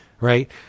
right